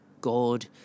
God